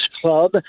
club